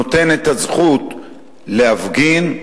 נותן את הזכות להפגין,